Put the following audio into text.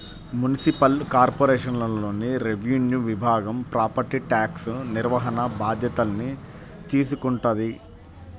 municipal కార్పొరేషన్లోని revenue విభాగం property tax నిర్వహణ బాధ్యతల్ని తీసుకుంటది